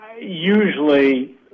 usually